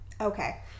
Okay